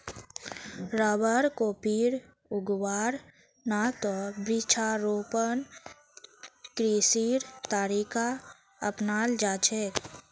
rubber, coffee उगव्वार त न वृक्षारोपण कृषिर तरीका अपनाल जा छेक